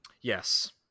Yes